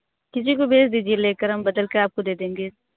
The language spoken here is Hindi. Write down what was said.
किसी को भेज दीजिए लेकर हम बदलकर आपको दे देंगे